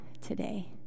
today